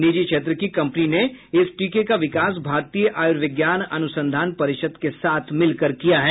निजी क्षेत्र की कंपनी ने इस टीके का विकास भारतीय आयुर्विज्ञान अनुसंधान परिषद के साथ मिलकर किया है